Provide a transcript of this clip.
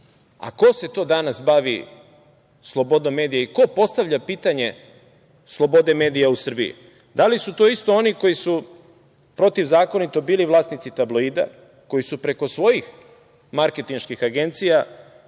a ko se to danas bavi slobodom medija i ko postavlja pitanje slobode medija u Srbiji? Da li su to isti oni koji protivzakonito bili vlasnici tabloida, koji su preko svojih marketingških agencija